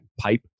pipe